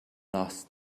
lost